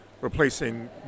replacing